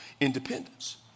independence